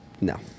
No